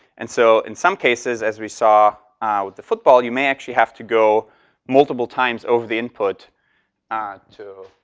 and so, in some cases, as we saw with the football, you may actually have to go multiple times over the input to